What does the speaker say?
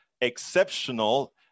exceptional